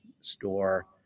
store